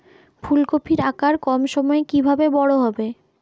ফুলকপির আকার কম সময়ে কিভাবে বড় হবে?